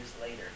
later